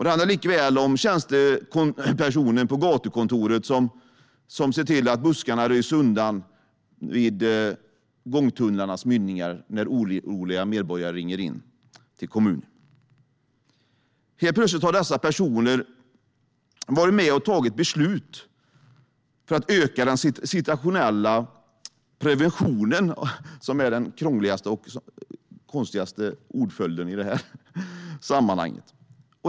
Det handlar lika väl om tjänstepersonen på gatukontoret som ser till att buskarna röjs undan vid gångtunnlarnas mynningar när oroliga medborgare ringer in till kommunen. Helt plötsligt har dessa personer varit med och fattat beslut för att öka den situationella preventionen - vilket är den krångligaste och konstigaste ordföljden i sammanhanget.